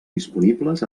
disponibles